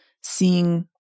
seeing